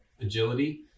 agility